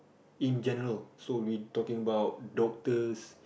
in general so we talking about doctors